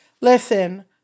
listen